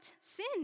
sin